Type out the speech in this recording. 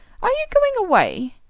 are you going away?